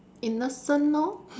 innocent lor